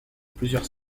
plusieurs